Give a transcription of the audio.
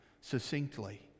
succinctly